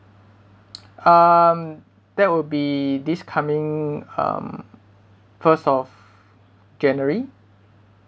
um that will be this coming um first of january